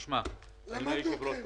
אדוני היושב-ראש,